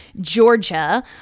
Georgia